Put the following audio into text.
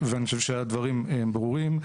אני חושב שהדברים הם ברורים,